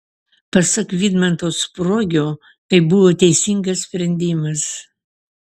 pasak vidmanto spruogio tai buvo teisingas sprendimas